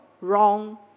wrong